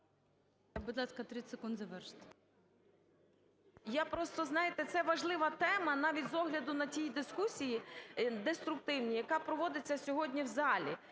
Будь ласка, 30 секунд завершити. БІЛОЗІР О.В. Я просто, знаєте, це важлива тема навіть з огляду на ту дискусію деструктивну, яка проводиться сьогодні в залі.